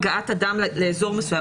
אדם לאזור מסוים,